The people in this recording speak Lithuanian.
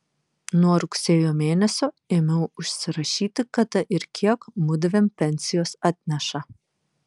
nuo rugsėjo mėnesio ėmiau užsirašyti kada ir kiek mudviem pensijos atneša